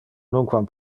nunquam